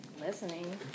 listening